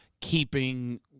keeping